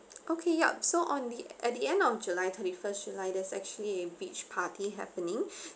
okay yup so on the at the end of july thirty first july there's actually a beach party happening